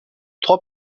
trois